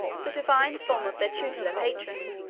the divine form of their tutelar patron